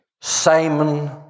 Simon